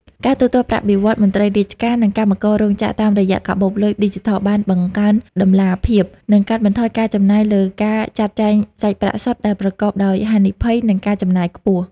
ការទូទាត់ប្រាក់បៀវត្សរ៍មន្ត្រីរាជការ និងកម្មកររោងចក្រតាមរយៈកាបូបលុយឌីជីថល បានបង្កើនតម្លាភាព និងកាត់បន្ថយការចំណាយលើការចាត់ចែងសាច់ប្រាក់សុទ្ធដែលប្រកបដោយហានិភ័យ និងការចំណាយខ្ពស់។